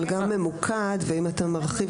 אבל גם ממוקד ואם אתה מרחיב,